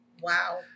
wow